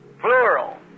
Plural